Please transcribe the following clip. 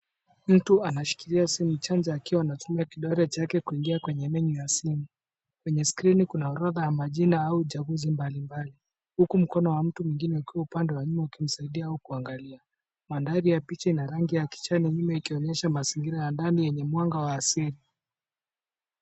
Mtu anashikilia simu akiwa anatumia kidole chake kwenye menu ya simu. Kwenye skrini kuna orodha ya majina au jahuzi mbalimbali, huku mkono wa mtu mwingine ukiwa upande wa nyuma, ukimsaidia au kuangalia. Mandhari ya picha ina rangi ya kijani nyume, ikionyesha mazingira ya ndani yenye mwanga wa asili.